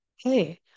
hey